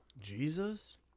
Jesus